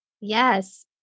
Yes